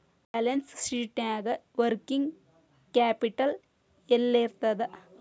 Balance ಶೇಟ್ನ್ಯಾಗ working capital ಯೆಲ್ಲಿರ್ತದ?